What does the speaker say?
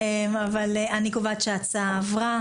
ההצעה עברה.